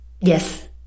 Yes